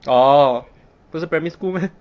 oh 不是 primary school meh